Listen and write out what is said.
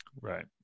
Right